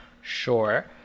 sure